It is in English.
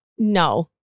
No